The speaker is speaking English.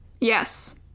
Yes